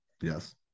Yes